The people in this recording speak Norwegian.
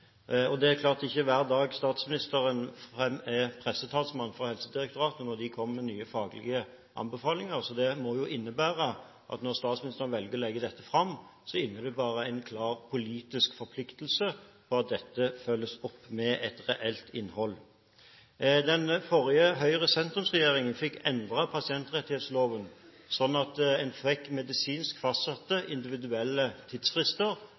Det er klart at det ikke er hver dag statsministeren er pressetalsmann for Helsedirektoratet når de kommer med nye faglige anbefalinger, så det må jo bety at når statsministeren velger å legge dette fram, innebærer det en klar politisk forpliktelse om at dette følges opp med et reelt innhold. Den forrige Høyre–sentrum-regjeringen fikk endret pasientrettighetsloven slik at man fikk medisinsk fastsatte individuelle tidsfrister